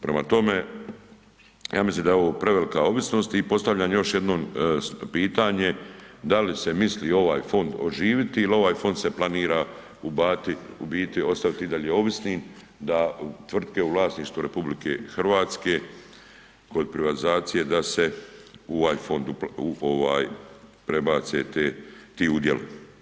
Prema tome, ja mislim da je ovo prevelika ovisnost i postavljam još jednom pitanje da li se misli ovaj fond oživiti ili ovaj fond se planira u biti ostaviti i dalje ovisnim da tvrtke u vlasništvu RH kod privatizacije da se u ovaj fond prebace te, ti udjeli.